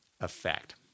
effect